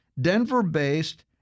Denver-based